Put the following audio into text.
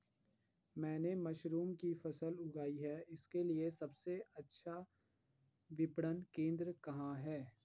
मैंने मशरूम की फसल उगाई इसके लिये सबसे अच्छा विपणन केंद्र कहाँ है?